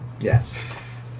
Yes